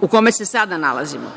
u kome se sada nalazimo.